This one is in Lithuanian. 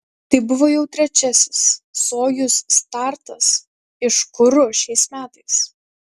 tai buvo jau trečiasis sojuz startas iš kuru šiais metais